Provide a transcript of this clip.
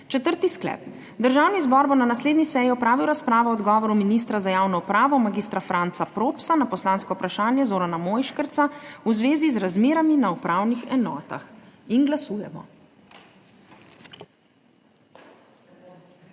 Četrti sklep: Državni zbor bo na naslednji seji opravil razpravo o odgovoru ministra za javno upravo mag. Franca Propsa na poslansko vprašanje Zorana Mojškerca v zvezi z razmerami na upravnih enotah. Glasujemo.